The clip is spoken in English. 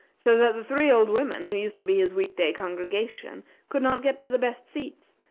so that the three old women who used to be his week-day congregation could not get to the best seats,